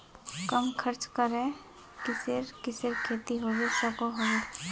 कम खर्च करे किसेर किसेर खेती होबे सकोहो होबे?